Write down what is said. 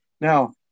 Now